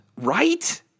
right